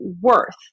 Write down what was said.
worth